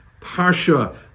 parsha